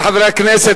חברי חברי הכנסת,